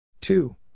two